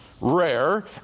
Rare